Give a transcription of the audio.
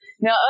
Now